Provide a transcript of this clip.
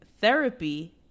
Therapy